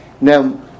Now